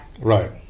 Right